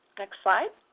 next slide.